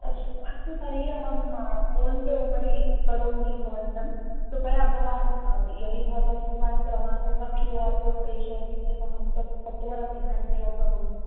अस्ति अस्तु तर्हि अहं फ़ोन् पे उपरि करोमि भवन्तं कृपया भवान् यदि भवतः दूरवाणीक्रमाङ्कं वा क्यू आर् कोड् प्रेषयति चेत् अहं तत् सत्वरम् इदानीमेव करोमि